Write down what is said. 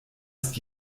ist